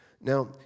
Now